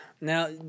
Now